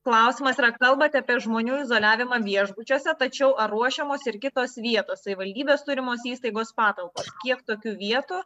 klausimas yra kalbate apie žmonių izoliavimą viešbučiuose tačiau ar ruošiamos ir kitos vietos savivaldybės turimos įstaigos patalpos kiek tokių vietų